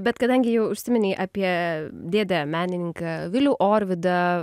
bet kadangi jau užsiminei apie dėdę menininką vilių orvidą